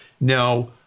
Now